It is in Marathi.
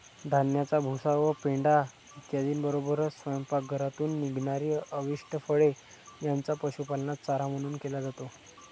धान्याचा भुसा व पेंढा इत्यादींबरोबरच स्वयंपाकघरातून निघणारी अवशिष्ट फळे यांचा पशुपालनात चारा म्हणून केला जातो